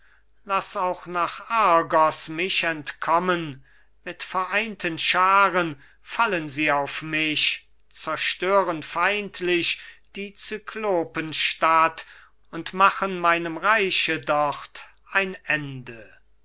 laß auch nach argos mich entkommen mit vereinten schaaren fallen sie auf mich zerstören feindlich die cyklopenstadt und machen meinem reiche dort ein ende